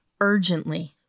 urgently